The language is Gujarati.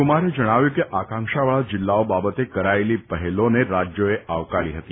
કુમારે જણાવ્યું હતું કે આકાંક્ષાવાળા જિલ્લાઓ બાબતે કરાયેલી પહેલોને રાજ્યોએ આવકારી હતી